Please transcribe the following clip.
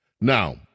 Now